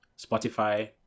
Spotify